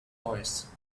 noise